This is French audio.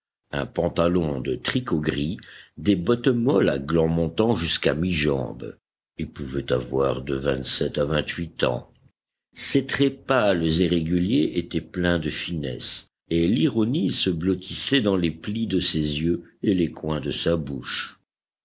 un pantalon de tricot gris des bottes molles à glands montant jusqu'à mi jambes il pouvait avoir de vingt-sept à vingt-huit ans ses traits pâles et réguliers étaient pleins de finesse et l'ironie se blottissait dans les plis de ses yeux et les coins de sa bouche